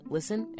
Listen